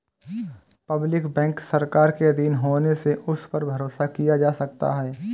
public bank सरकार के आधीन होने से उस पर भरोसा किया जा सकता है